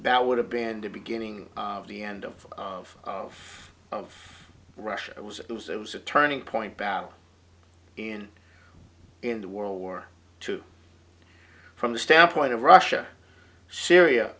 that would have been and a beginning of the end of of of russia it was it was it was a turning point battle in in the world war two from the standpoint of russia syria